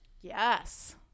yes